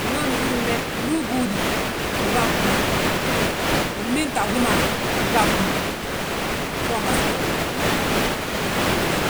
Winooni húrim be ndu ugúudi, uga a hú ma, win binta a hú ma, wu ga a hú ma. Fo umas frud ma wee ga a dúniyaa.